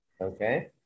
okay